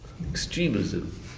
Extremism